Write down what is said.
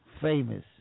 famous